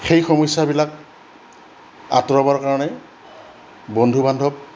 সেই সমস্যাবিলাক আঁতৰাবৰ কাৰণে বন্ধু বান্ধৱ